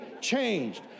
changed